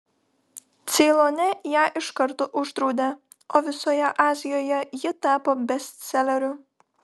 ceilone ją iš karto uždraudė o visoje azijoje ji tapo bestseleriu